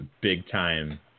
big-time